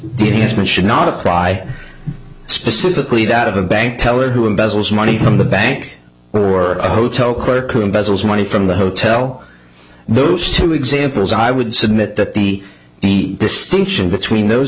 it has been should not apply specifically that of a bank teller who embezzles money from the bank or a hotel clerk who embezzles money from the hotel those two examples i would submit that the key distinction between those